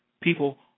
People